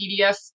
PDF